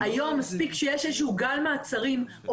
היום מספיק שיש איזשהו גל מעצרים או